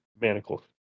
manacles